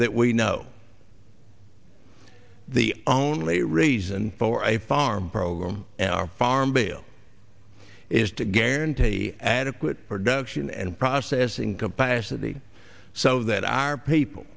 that we know the only reason for a farm program and our farm bill is to guarantee adequate production and processing capacity so that our people